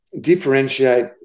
differentiate